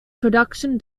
production